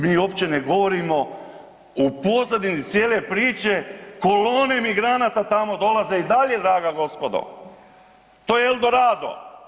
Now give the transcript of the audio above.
Mi uopće ne govorimo u pozadini cijele priče kolone migranata tamo dolaze i dalje draga gospodo, to je El Dorado.